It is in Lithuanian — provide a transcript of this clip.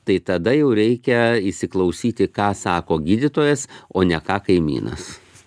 tai tada jau reikia įsiklausyti ką sako gydytojas o ne ką kaimynas